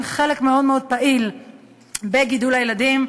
חלק מאוד מאוד פעיל בגידול הילדים,